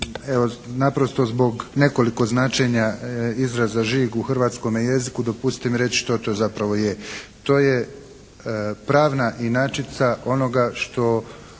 naprosto zbog nekoliko značenja izraza žig u hrvatskome jeziku, dopustite mi reći što to zapravo je. To je pravna inačica onoga što